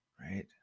right